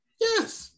Yes